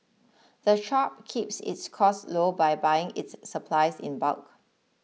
the shop keeps its costs low by buying its supplies in bulk